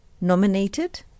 nominated